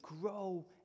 grow